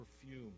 perfume